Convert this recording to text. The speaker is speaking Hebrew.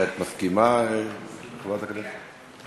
את מסכימה, חברת הכנסת?